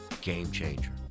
game-changer